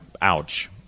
ouch